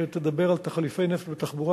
תעשייה שתדבר על תחליפי נפט לתחבורה,